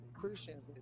Christians